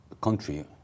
country